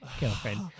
girlfriend